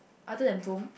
other than Bloom